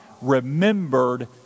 remembered